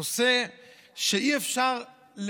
נושא שאי-אפשר,